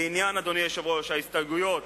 אדוני היושב-ראש, לעניין ההסתייגויות